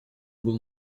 был